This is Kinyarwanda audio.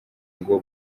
ngo